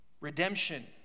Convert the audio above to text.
Redemption